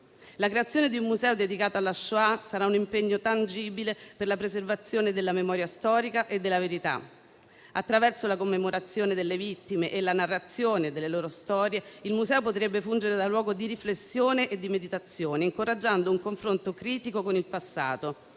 La creazione di un museo dedicato alla Shoah sarà un impegno tangibile per la preservazione della memoria storica e della verità. Attraverso la commemorazione delle vittime e la narrazione delle loro storie, il museo potrebbe fungere da luogo di riflessione e di meditazione, incoraggiando un confronto critico con il passato.